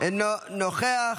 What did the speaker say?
אינו נוכח.